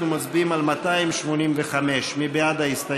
אנחנו מצביעים על 285. מי בעד ההסתייגות?